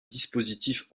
dispositifs